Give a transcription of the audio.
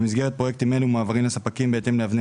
במסגרת פרויקטים אלה מועברים לספקים בהתאם לאבני